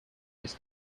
his